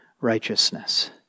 righteousness